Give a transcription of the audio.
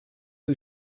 who